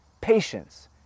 patience